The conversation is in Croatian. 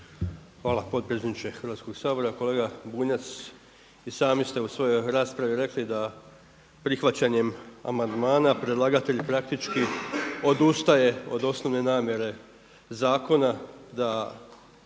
Hvala potpredsjedniče Hrvatskog sabora. Kolega Bunjac, i sami ste u svojoj raspravi rekli da prihvaćanjem amandmana predlagatelj praktički odustaje od osnovne namjere zakona, da